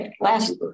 last